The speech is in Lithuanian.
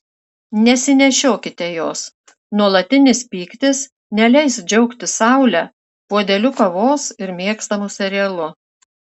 nesinešiokite jos nuolatinis pyktis neleis džiaugtis saule puodeliu kavos ir mėgstamu serialu